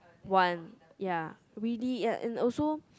one ya really and in also